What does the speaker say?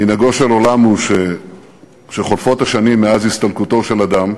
מנהגו של עולם הוא שכשחולפות השנים מאז הסתלקותו של אדם,